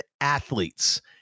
athletes